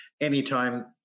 anytime